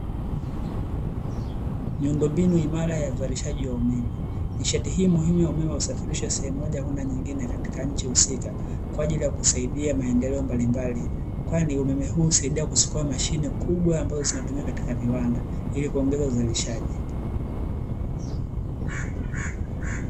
Miundo mbinu imara ya uzalishaji wa umeme. Nishati hii muhimu ya umeme husafirishwa sehemu moja kwenda nyingine katika nchi usika, kwa ajili ya kusaidia maendeleo mbalimbali. Kwani umeme huu, usaidia kuweka mashine kubwa ambazo zinatumika katika viwanda, ili kuongeza uzalishaji.